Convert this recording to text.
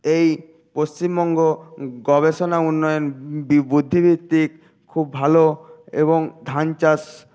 এই পশ্চিমবঙ্গ গবেষণা উন্নয়ন বুদ্ধিবৃত্তিক খুব ভালো এবং ধান চাষ